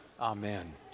Amen